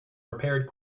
repaired